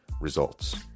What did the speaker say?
Results